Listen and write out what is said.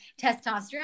testosterone